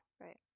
Right